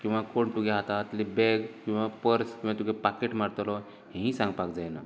किंवां कोण तिगें हातांतली बेग किंवां पर्स किंवां तुगेले पाकीट मारतलो हेंय सांगपाक जायना